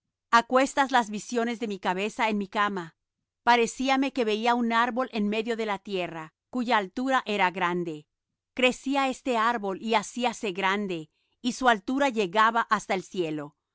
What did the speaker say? aquestas las visiones de mi cabeza en mi cama parecíame que veía un árbol en medio de la tierra cuya altura era grande crecía este árbol y hacíase fuerte y su altura llegaba hasta el cielo